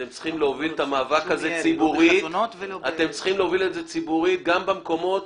אתם צריכים להוביל את המאבק הזה ציבורית גם במקומות